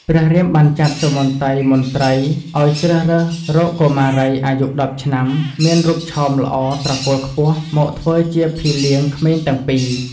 ព្រះរាមបានចាត់សុមន្តីមន្ត្រីឱ្យជ្រើសរើសរកកុមារីអាយុ១០ឆ្នាំ មានរូបឆោមល្អត្រកូលខ្ពស់មកធ្វើជាភីលៀងក្មេងទាំងពីរ។